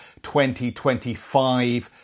2025